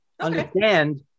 understand